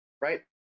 Right